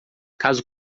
caso